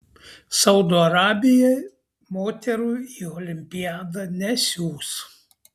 saudo arabija moterų į olimpiadą nesiųs